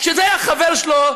כשזה היה חבר שלו,